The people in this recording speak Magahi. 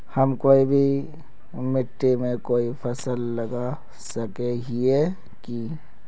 हम कोई भी मिट्टी में कोई फसल लगा सके हिये की?